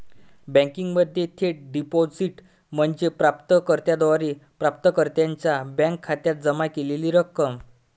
बँकिंगमध्ये थेट डिपॉझिट म्हणजे प्राप्त कर्त्याद्वारे प्राप्तकर्त्याच्या बँक खात्यात जमा केलेली रक्कम